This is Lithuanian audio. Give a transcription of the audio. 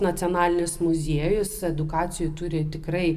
nacionalinis muziejus edukacijų turi tikrai